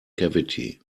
cavity